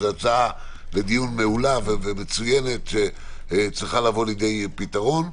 זו הצעה לדיון מעולה שצריכה להגיע לפתרון.